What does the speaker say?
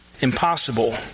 impossible